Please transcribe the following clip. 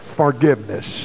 forgiveness